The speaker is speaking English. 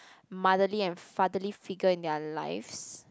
motherly and fatherly figure in their lives